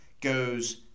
goes